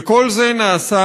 וכל זה נעשה,